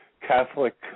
Catholic